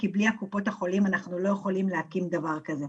כי בלי קופות החולים אנחנו לא יכולים להקים דבר כזה.